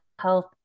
health